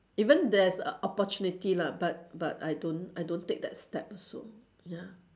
even there's a opportunity lah but but I don't I don't take that step so ya